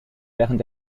während